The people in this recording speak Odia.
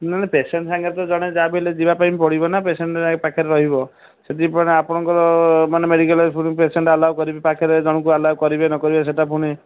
ନାଇଁ ପେସେଣ୍ଟ ସାଙ୍ଗରେ ତ ଜଣେ ଯାହା ବି ହେଲେ ଯିବାପାଇଁ ପଡ଼ିବ ନା ପେସେଣ୍ଟ ପାଖରେ ରହିବ ସେଥିପାଇଁ ଆପଣଙ୍କର ମାନେ ମେଡ଼ିକାଲ୍ ପାଖରେ ଜଣେ ଆଲୌ କରିବେ ନକରିବେ ସେଇଟା ପୁଣି